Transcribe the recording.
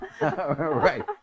right